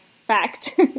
fact